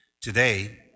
Today